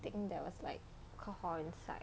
think there was like alcohol inside